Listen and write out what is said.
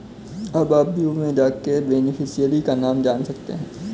अब आप व्यू में जाके बेनिफिशियरी का नाम जान सकते है